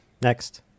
Next